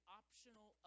optional